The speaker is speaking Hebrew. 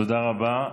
תודה רבה.